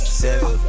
seven